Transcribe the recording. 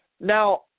Now